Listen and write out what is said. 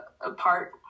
apart